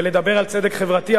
ולדבר על צדק חברתי.